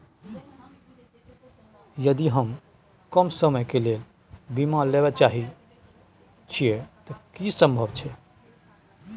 यदि हम कम समय के लेल बीमा लेबे चाहे छिये त की इ संभव छै?